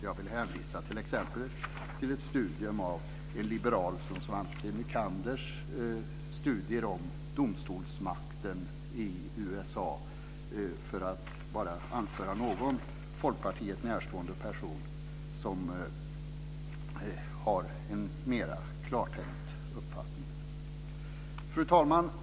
Jag vill t.ex. hänvisa till ett studium av liberalen - för att anföra någon Folkpartiet närstående person som har en mera klartänkt uppfattning. Fru talman!